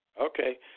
Okay